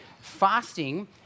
Fasting